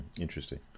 interesting